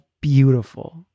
beautiful